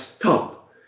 stop